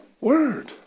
word